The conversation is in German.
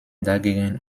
dagegen